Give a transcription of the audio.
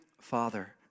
father